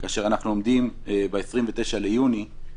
כאשר אנחנו עומדים ב-29 ביוני,